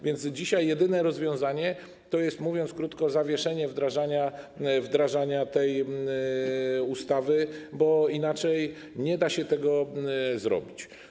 Więc dzisiaj jedyne rozwiązanie to jest, mówiąc krótko, zawieszenie wdrażania tej ustawy, bo inaczej nie da się tego zrobić.